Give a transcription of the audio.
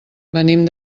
venim